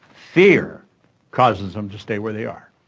fear causes them to stay where they are.